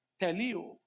teleo